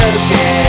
okay